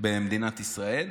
במדינת ישראל.